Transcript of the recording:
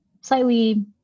slightly